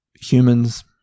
humans